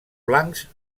blancs